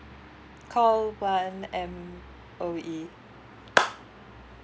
call one M_O_E